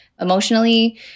emotionally